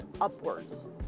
upwards